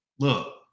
Look